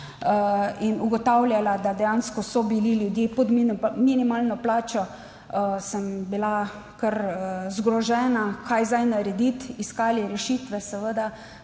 in ugotavljala, da dejansko so bili ljudje pod minimalno plačo, sem bila kar zgrožena, kaj zdaj narediti. Iskali smo rešitve, seveda,